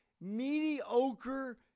mediocre